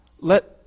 Let